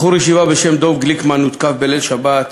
בחור ישיבה בשם דב גליקמן הותקף בליל שבת,